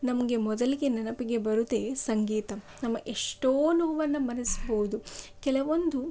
ನಮಗೆ ಮೊದಲಿಗೆ ನೆನಪಿಗೆ ಬರೋದೇ ಸಂಗೀತ ನಮ್ಮ ಎಷ್ಟೋ ನೋವನ್ನು ಮರೆಸ್ಬೋದು ಕೆಲವೊಂದು